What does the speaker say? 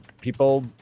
people